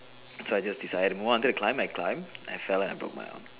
so I just decided well I wanted to climb I climbed then I fell and I broke my arm